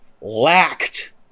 lacked